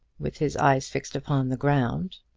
with his eyes fixed upon the ground.